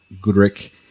Goodrick